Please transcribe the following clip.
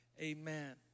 Amen